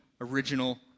original